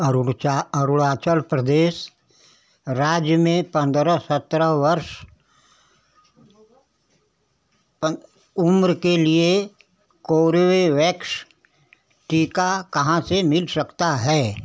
अरुनचा अरुणाचल प्रदेश राज्य में पंद्रह सत्रह वर्ष उम्र के लिए कोर्बेवैक्स टीका कहाँ से मिल सकता है